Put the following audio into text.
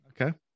Okay